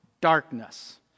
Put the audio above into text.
darkness